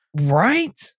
right